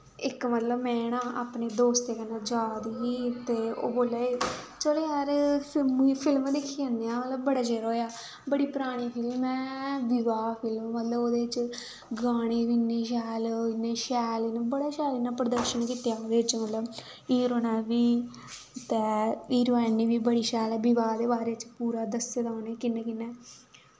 इक बारी ना में ना अपने दोस्तें कन्नै जा दी ही ते ओह् बोला दे चल यार फिल्म दिक्खी आन्ने आं मतलब बड़ा चिर होएआ बड़ी परानी फिल्म ऐ विवाह फिल्म मतलब ओह्दे च गाने बी इन्ने शैल इन्ने शैल बड़ा शैल इन्नै प्रदर्शन कीता दा मतलब ओह्दे च हीरो ने बी ते हीरोइन ने बी बड़ी शैल ऐ विवाह दे बारे च पूरा दस्से दा उ'नें कि'यां कि'यां